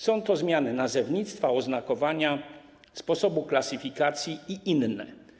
Są to zmiany nazewnictwa, oznakowania, sposobu klasyfikacji i inne.